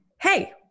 hey